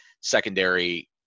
secondary